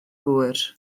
gŵr